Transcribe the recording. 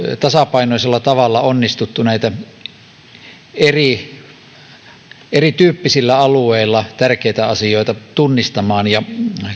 tasapainoisella tavalla onnistuttu näitä erityyppisillä alueilla tärkeitä asioita tunnistamaan ja